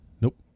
Nope